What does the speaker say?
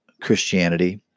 Christianity